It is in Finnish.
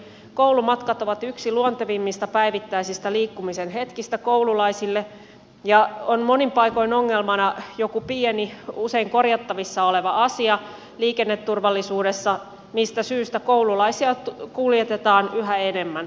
koulumatkat ovat yksi luontevimmista päivittäisistä liikkumisen hetkistä koululaisille ja on monin paikoin ongelmana joku pieni usein korjattavissa oleva asia liikenneturvallisuudessa mistä syystä koululaisia kuljetetaan yhä enemmän